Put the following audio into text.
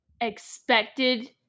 expected